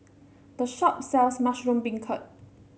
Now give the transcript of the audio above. the shop sells Mushroom Beancurd